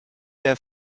der